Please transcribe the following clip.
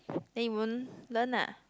then you won't learn lah